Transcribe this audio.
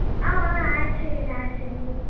add చేయండి add చేయండి